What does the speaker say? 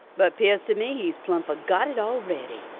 but pears to me he's plumb forgot it already,